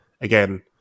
again